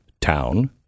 Town